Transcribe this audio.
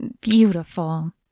Beautiful